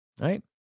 right